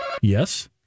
Yes